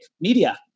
media